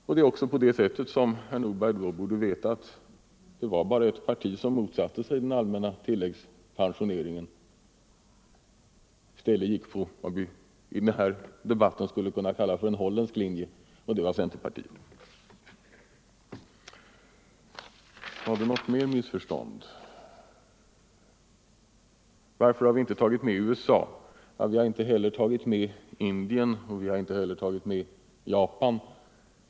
Vidare var det, som herr Nordberg också borde veta, bara ett parti som motsatte sig den allmänna tilläggspensioneringen och i stället följde vad vi i denna debatt skulle kunna kalla för en holländsk linje, och det var centerpartiet. Herr Nordberg frågade varför vi inte har tagit med USA i rapporten. Vi har inte heller tagit med Indien och inte Japan.